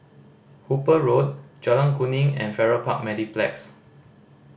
Hooper Road Jalan Kuning and Farrer Park Mediplex